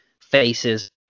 faces